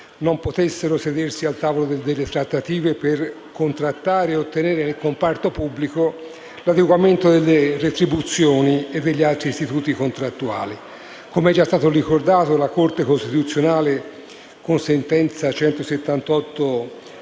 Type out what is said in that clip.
non potessero sedersi al tavolo delle trattative per contrattare e ottenere nel comparto pubblico l'adeguamento delle retribuzioni e degli altri istituti contrattuali; la Corte costituzionale, con sentenza n.